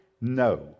No